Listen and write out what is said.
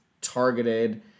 targeted